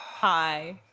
Hi